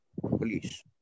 police